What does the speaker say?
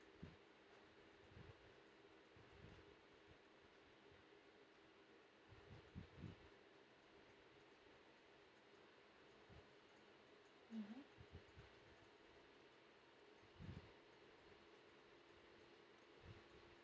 mmhmm